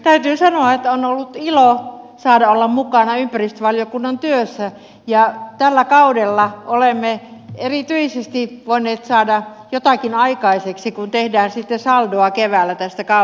täytyy sanoa että on ollut ilo saada olla mukana ympäristövaliokunnan työssä ja tällä kaudella olemme erityisesti voineet saada jotakin aikaiseksi kun tehdään sitten saldoa keväällä tästä kaudesta